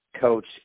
coach